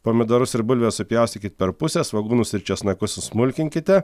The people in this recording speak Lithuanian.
pomidorus ir bulves supjaustykit per pusę svogūnus ir česnakus susmulkinkite